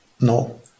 No